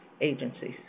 agencies